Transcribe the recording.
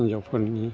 होन्जावफोरनि